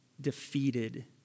defeated